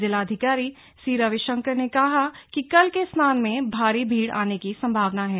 जिलाधिकारी सी रविशंकर ने कहा कि कल के स्नान में भारी भीड़ आने की संभावना है